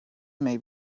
may